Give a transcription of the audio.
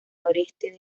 noreste